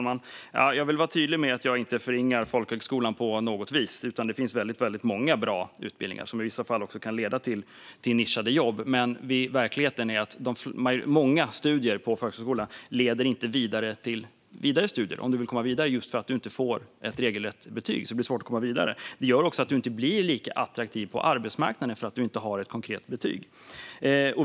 Fru talman! Jag vill vara tydlig med att jag inte förringar folkhögskolan på något vis. Där finns många bra utbildningar, som i vissa fall kan leda till nischade jobb. Men verkligheten är den att mycket av studierna på folkhögskola inte leder vidare till andra studier. Om du inte får ett regelrätt betyg är det svårt att komma vidare. Att du inte får ett konkret betyg gör också att du inte blir lika attraktiv på arbetsmarknaden.